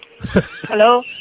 Hello